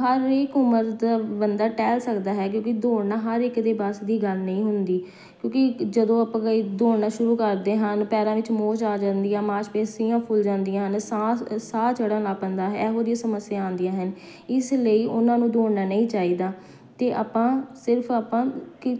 ਹਰ ਇੱਕ ਉਮਰ ਦਾ ਬੰਦਾ ਟਹਿਲ ਸਕਦਾ ਹੈ ਕਿਉਂਕਿ ਦੌੜਨਾ ਹਰ ਇੱਕ ਦੇ ਵੱਸ ਦੀ ਗੱਲ ਨਹੀਂ ਹੁੰਦੀ ਕਿਉਂਕਿ ਜਦੋਂ ਆਪਾਂ ਕਦੀ ਦੌੜਨਾ ਸ਼ੁਰੂ ਕਰਦੇ ਹਨ ਪੈਰਾਂ ਵਿੱਚ ਮੋਚ ਆ ਜਾਂਦੀ ਹੈ ਮਾਸਪੇਸ਼ੀਆਂ ਫੁੱਲ ਜਾਂਦੀਆਂ ਹਨ ਸਾਹ ਸਾਹ ਚੜਨ ਲੱਗ ਪੈਂਦਾ ਹੈ ਇਹੋ ਜਿਹੀ ਸਮੱਸਿਆ ਆਉਂਦੀਆਂ ਹਨ ਇਸ ਲਈ ਉਹਨਾਂ ਨੂੰ ਦੌੜਨਾ ਨਹੀਂ ਚਾਹੀਦਾ ਅਤੇ ਆਪਾਂ ਸਿਰਫ ਆਪਾਂ ਕਿ